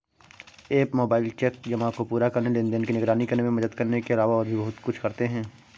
app mobile cheque जमा को पूरा करने, लेनदेन की निगरानी करने में मदद करने के अलावा और भी बहुत कुछ करते हैं